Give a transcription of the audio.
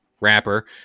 rapper